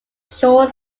short